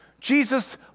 Jesus